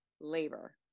labor